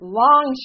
long